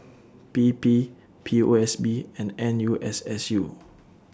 P P P O S B and N U S S U